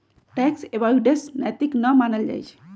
tax avoidance नैतिक न मानल जाइ छइ